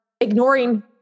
ignoring